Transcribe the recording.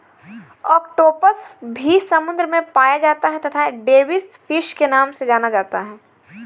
octopus भी समुद्र में पाया जाता है तथा डेविस फिश के नाम से जाना जाता है